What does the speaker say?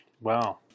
Wow